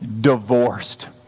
divorced